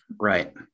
Right